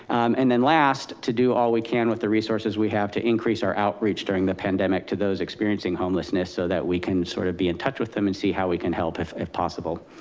and then last to do all we can with the resources, we have to increase our outreach during the pandemic to those experiencing homelessness so that we can sort of be in touch with them and see how we can help if if possible.